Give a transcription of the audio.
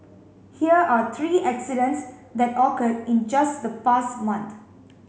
here are three accidents that occurred in just the past month